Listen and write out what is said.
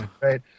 Right